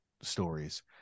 stories